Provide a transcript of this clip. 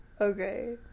Okay